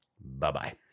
Bye-bye